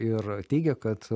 ir teigia kad